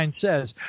says